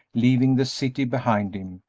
leaving the city behind him,